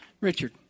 Richard